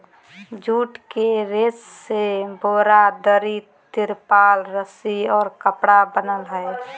jute के रेशा से बोरा, दरी, तिरपाल, रस्सि और कपड़ा बनय हइ